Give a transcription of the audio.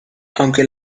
aunque